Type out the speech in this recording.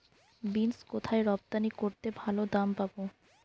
Beans কোথায় রপ্তানি করলে ভালো দাম পাব?